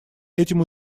этим